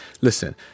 Listen